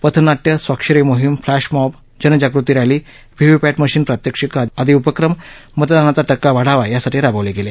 पथनाट्यस्वाक्षरी मोहीम फ्लॅशमॉब जनजागृतीपर rally VVPAT machine प्रात्यक्षिक आदी उपक्रम मतदानाचा टक्का वाढावा यासाठी राबवले आहेत